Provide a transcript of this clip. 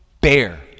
bear